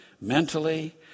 mentally